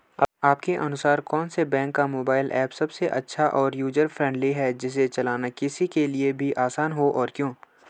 आपके अनुसार कौन से बैंक का मोबाइल ऐप सबसे अच्छा और यूजर फ्रेंडली है जिसे चलाना किसी के लिए भी आसान हो और क्यों?